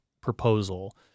proposal